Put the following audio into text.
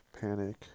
panic